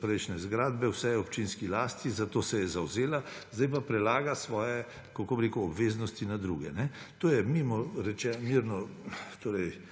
prejšnje zgradbe; vse je v občinski lasti, zato se je zavzela, zdaj pa prelaga svoje, kako bi rekel, obveznosti na druge. To je, mirno rečeno, malo nefer,